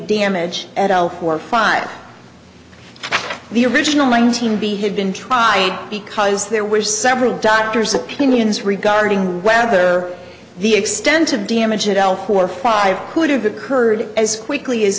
damage at all for five the original nineteen b had been tried because there were several doctors opinions regarding whether the extent of damage and l for five could have occurred as quickly as